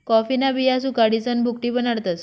कॉफीन्या बिया सुखाडीसन भुकटी बनाडतस